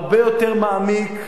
הרבה יותר מעמיק,